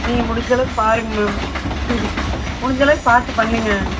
நீங்கள் முடிந்த அளவுக்கு பாருங்கள் மேம் முடிந்த அளவுக்கு பார்த்து பண்ணுங்கள்